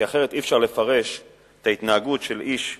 כי אחרת אי-אפשר לפרש את ההתנהגות של איש משטרה,